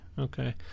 Okay